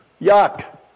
Yuck